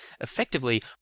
effectively